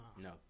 No